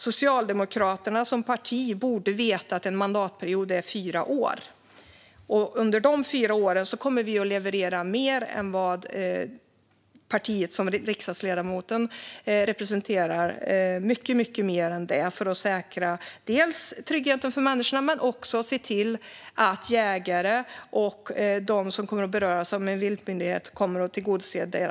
Socialdemokraterna som parti borde veta att en mandatperiod är fyra år. Under de fyra åren kommer vi att leverera mer än vad partiet som riksdagsledamoten representerar har gjort, nämligen att säkra tryggheten för människor och se till att jägare och andra som berörs av en viltmyndighet får sina behov tillgodosedda.